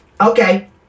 Okay